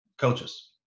Coaches